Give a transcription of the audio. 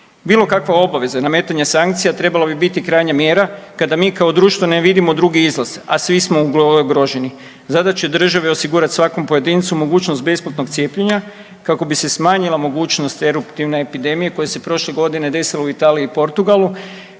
Bilo kakva obaveza nametanja sankcija trebala bi biti krajnja mjera kada mi kao društvo ne vidimo drugi izlaz, a svi smo ugroženi. Zadaća je države osigurati svakom pojedincu mogućnost besplatnog cijepljenja kako bi se smanjila mogućnost eruptivne epidemije koja se prošle godine desila u Italiji i Portugalu